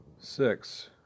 Six